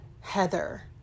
heather